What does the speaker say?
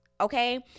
okay